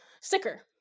sticker